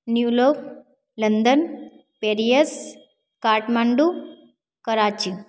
New York London Paris Kathmandu Karachi